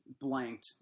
blanked